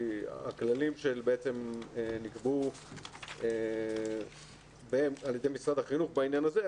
הכללים שנקבעו על ידי משרד החינוך בעניין הזה,